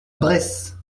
bresse